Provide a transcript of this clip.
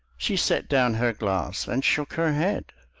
she set down her glass and shook her head.